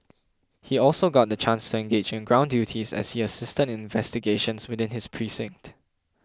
he also got the chance to engage in ground duties as he assisted in investigations within his precinct